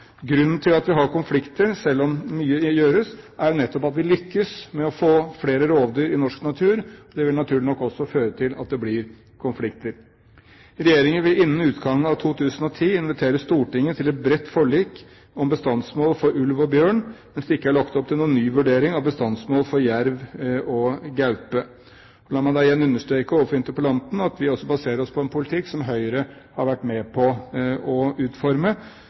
Grunnen til at vi har konflikter selv om mye gjøres, er nettopp fordi vi lykkes med å få flere rovdyr i norsk natur. Det vil naturlig nok også føre til at det blir konflikter. Regjeringen vil innen utgangen av 2010 invitere Stortinget til et bredt forlik om bestandsmål for ulv og bjørn, mens det ikke er lagt opp til noen ny vurdering av bestandsmål for jerv og gaupe. La meg igjen understreke overfor interpellanten at vi baserer oss på en politikk som Høyre har vært med på å utforme.